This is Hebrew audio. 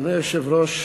אדוני היושב-ראש,